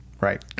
Right